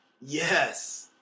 Yes